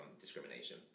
discrimination